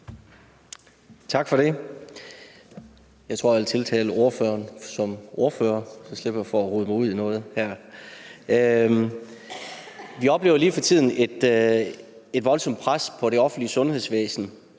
Tak for det. Jeg tror, jeg vil tiltale ordføreren som ordfører, så slipper jeg for at rode mig ud i noget her. Vi oplever lige for tiden et voldsomt pres på det offentlige sundhedsvæsen.